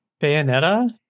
Bayonetta